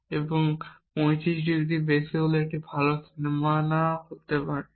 অথবা এটি 35 ডিগ্রির বেশি একটি ভালো সীমানা হতে পারে